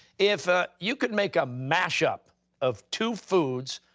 if ah you could make a mashup of two foods,